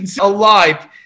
alive